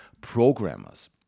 programmers